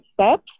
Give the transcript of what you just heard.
steps